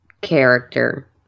character